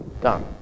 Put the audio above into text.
Done